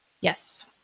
yes